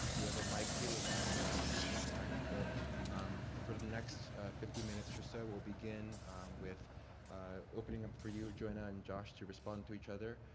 we have a mic here we'll pass around at that time. but um for the next fifty minutes or so, we'll begin with opening up for you joanna and josh to respond to each other.